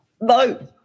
No